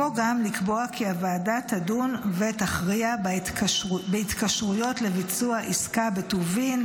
כמו גם לקבוע כי הוועדה תדון ותכריע בהתקשרויות לביצוע עסקה בטובין,